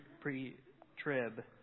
pre-trib –